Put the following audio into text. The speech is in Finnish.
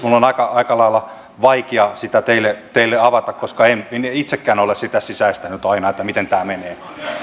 aika lailla vaikea sitä teille teille avata koska en itsekään ole sitä sisäistänyt aina miten tämä menee